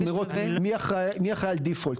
לראות מי האחראי ברירת המחדל,